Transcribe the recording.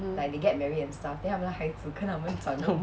mmhmm